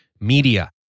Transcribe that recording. media